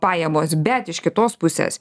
pajamos bet iš kitos pusės